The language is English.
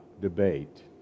debate